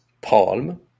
Palm